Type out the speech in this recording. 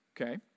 Okay